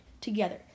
together